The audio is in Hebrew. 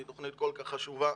שהיא תוכנית כל כך חשובה,